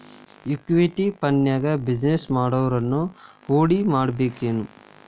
Equity ಫಂಡ್ನ್ಯಾಗ business ಮಾಡೊವ್ರನ ಹೂಡಿಮಾಡ್ಬೇಕೆನು?